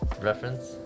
reference